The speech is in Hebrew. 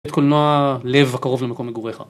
את קולנוע לב הקרוב למקום מגוריך.